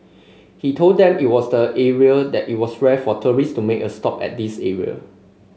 he told them it was the area that it was rare for tourist to make a stop at this area